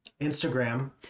Instagram